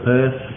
Perth